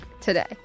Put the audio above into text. today